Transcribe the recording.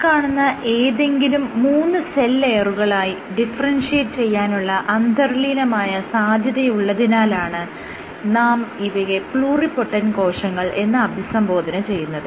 ഈ കാണുന്ന ഏതെങ്കിലും മൂന്ന് സെൽ ലെയറുകളായി ഡിഫറെൻഷിയേറ്റ് ചെയ്യാനുള്ള അന്തർലീനമായ സാധ്യയുള്ളതിനാലാണ് നാം ഇവയെ പ്ലൂറിപൊട്ടൻറ് കോശങ്ങൾ എന്ന് അഭിസംബോധന ചെയ്യുന്നത്